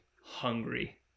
hungry